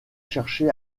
cherché